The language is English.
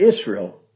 Israel